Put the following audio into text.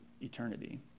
eternity